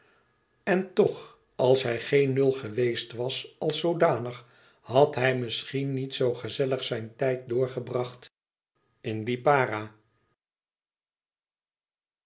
en toch als hij geen nul geweest was als zoodanig had hij misschien niet zoo gezellig zijn tijd doorgebracht in lipara